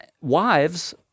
Wives